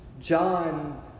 John